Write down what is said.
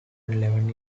eleven